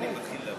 אליך ישירות.